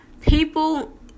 people